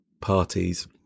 parties